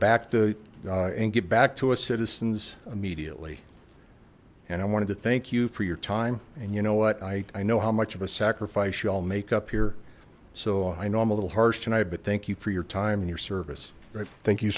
back the and get back to us citizens immediately and i wanted to thank you for your time and you know what i know how much of a sacrifice you all make up here so i know i'm a little harsh tonight but thank you for your time and your service right thank you